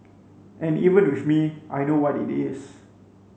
and even with me I know what it is